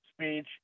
speech